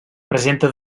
presenta